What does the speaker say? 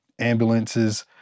ambulances